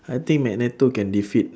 I think magneto can defeat